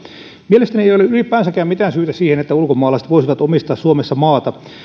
mielestäni ei ole ylipäänsäkään mitään syytä siihen että ulkomaalaiset voisivat omistaa suomessa maata